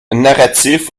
narratif